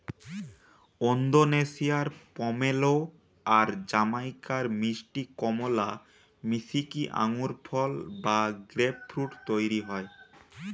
ওন্দোনেশিয়ার pomelo আর জামাইকার মিষ্টি কমলা মিশিকি আঙ্গুরফল বা গ্রেপফ্রূট তইরি হয়